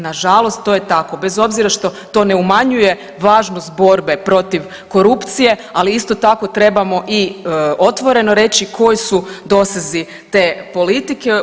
Nažalost to je tako, bez obzira što to ne umanjuje važnost borbe protiv korupcije, ali isto tako, trebamo i otvoreno reći koji su dosezi te politike.